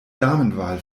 damenwahl